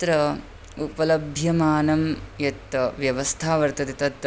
तत्र उपलभ्यमानं यत् व्यवस्था वर्तते तत्